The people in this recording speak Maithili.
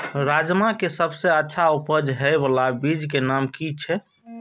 राजमा के सबसे अच्छा उपज हे वाला बीज के नाम की छे?